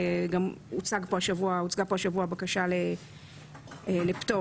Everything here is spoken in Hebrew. גם הוצגה פה השבוע בקשה לפטור,